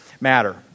matter